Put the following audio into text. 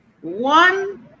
one